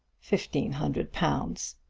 fifteen hundred pounds!